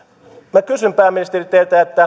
minä kysyn pääministeri teiltä